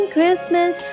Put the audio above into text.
Christmas